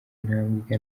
intambwe